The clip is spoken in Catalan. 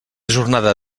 jornada